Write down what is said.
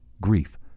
grief